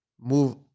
move